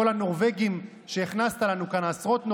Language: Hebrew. ניסיתי לעשות את זה,